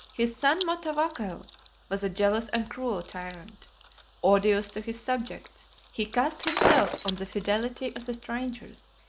his son motawakkel was a jealous and cruel tyrant odious to his subjects, he cast himself on the fidelity of the strangers,